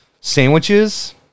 Sandwiches